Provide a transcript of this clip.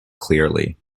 clearly